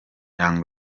young